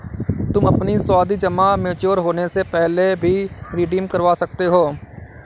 तुम अपनी सावधि जमा मैच्योर होने से पहले भी रिडीम करवा सकते हो